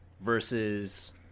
versus